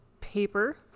Paper